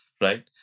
right